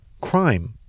Crime